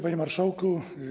Panie Marszałku!